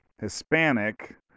Hispanic